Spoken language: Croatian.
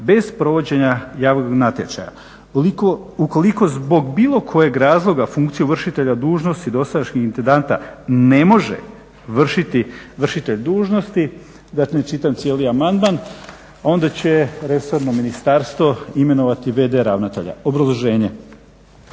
bez provođenja javnog natječaja. Ukoliko zbog bilo kojeg razloga funkciju vršitelja dužnosti dosadašnjeg intendanta ne može vršiti vršitelj dužnosti da ne čitam cijeli amandman onda će resorno ministarstvo imenovati v.d. ravnatelja. Obrazloženje.